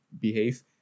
behave